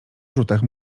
rzutach